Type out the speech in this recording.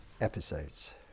episodes